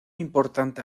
importante